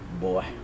Boy